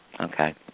Okay